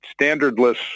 standardless